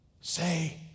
say